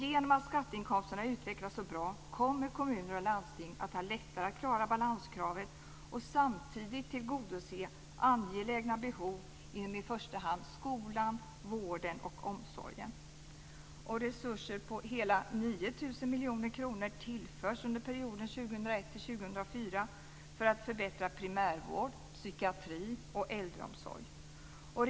Genom att skatteinkomsterna utvecklas så bra kommer kommuner och landsting att ha lättare att klara balanskravet och samtidigt tillgodose angelägna behov inom i första hand skolan, vården och omsorgen. Resurser på hela 9 000 miljoner kronor tillförs under perioden 2001-2004 för att förbättra primärvård, psykiatri och äldreomsorg.